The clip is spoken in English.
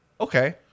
okay